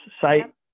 site